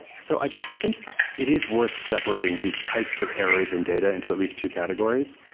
so i think it is worth separating these types of errors in data into at least two categories.